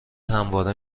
همواره